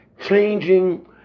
changing